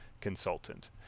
consultant